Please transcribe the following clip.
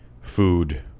food